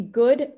good